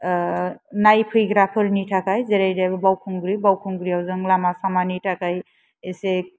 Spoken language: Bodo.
नायफोरग्राफोरनि थाखाय जेरै बेयाव बावखुंग्रि बावखुंग्रिआव लामा सामानि थाखाय एसे